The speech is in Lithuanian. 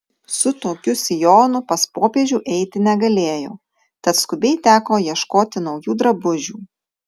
su tokiu sijonu pas popiežių eiti negalėjau tad skubiai teko ieškoti naujų drabužių